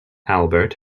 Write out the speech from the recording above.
albert